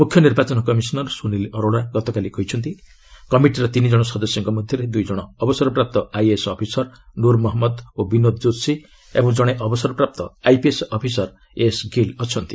ମୁଖ୍ୟ ନିର୍ବାଚନ କମିଶନର୍ ସୁନିଲ୍ ଅରୋଡ଼ା ଗତକାଲି କହିଛନ୍ତି କମିଟିର ତିନି ଜଣ ସଦସ୍ୟଙ୍କ ମଧ୍ୟରେ ଦୁଇ ଜଣ ଅବସରପ୍ରାପ୍ତ ଆଇଏଏସ୍ ଅଫିସର୍ ନୂର୍ ମହମ୍ମଦ ଓ ବିନୋଦ ଯ୍ରତ୍ସି ଓ ଜଣେ ଅବସରପ୍ରାପ୍ତ ଆଇପିଏସ୍ ଅଫିସର ଏଏସ୍ ଗିଲ୍ ଅଛନ୍ତି